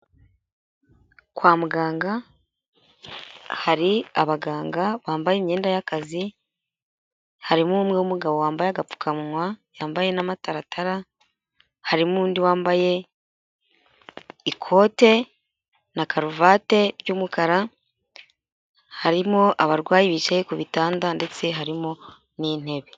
Kwa muganga hari abaganga bambaye imyenda y'akazi, harimo umwe w'umugabo wambaye agapfukamuwa yambaye n'amataratara, harimo undi wambaye ikote na karuvati ry'umukara, harimo abarwayi bicaye ku bitanda ndetse harimo n'intebe.